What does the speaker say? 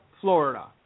Florida